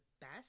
best